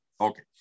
Okay